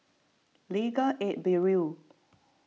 Legal Aid Bureau